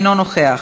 אינו נוכח,